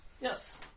yes